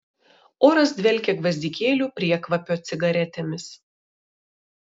oras dvelkė gvazdikėlių priekvapio cigaretėmis